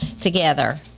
together